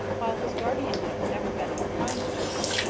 while his guardian had never been unkind to him,